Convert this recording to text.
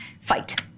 fight